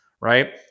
right